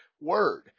word